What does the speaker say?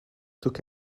took